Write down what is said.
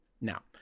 Now